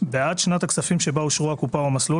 בעד שנת הכספים שבה אושרו הקופה או המסלול,